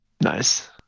nice